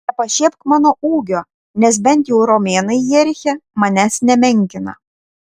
nepašiepk mano ūgio nes bent jau romėnai jeriche manęs nemenkina